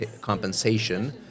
compensation